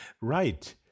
Right